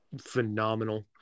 phenomenal